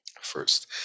first